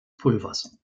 pulvers